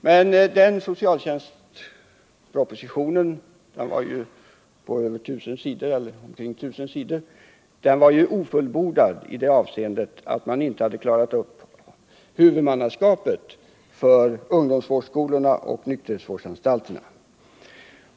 Men socialtjänstpropositionen — på omkring 1 000 sidor — var ju ofullbordad i det avseendet att man inte hade klarat upp frågan om huvudmannaskapet för ungdomsvårdsskolorna och nykterhetsvårdsanstalterna.